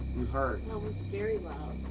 you heard. that was very loud.